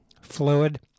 fluid